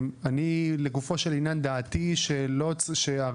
לגופו של עניין דעתי היא שהרגולציה